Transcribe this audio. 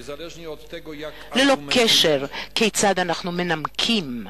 ללא קשר לנימוקים שאנחנו מנמקים.